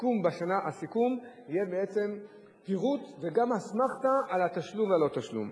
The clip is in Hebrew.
הסיכום יהיה בעצם פירוט וגם אסמכתה על תשלום ועל אי-תשלום.